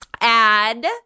Add